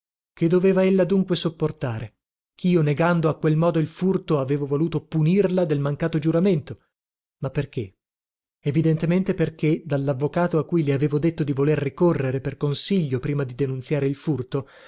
che doveva ella dunque supporre chio negando a quel modo il furto avevo voluto punirla del mancato giuramento ma perché evidentemente perché dallavvocato a cui le avevo detto di voler ricorrere per consiglio prima di denunziare il furto